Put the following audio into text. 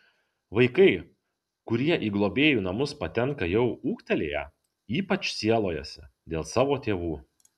vaikai kurie į globėjų namus patenka jau ūgtelėję ypač sielojasi dėl savo tėvų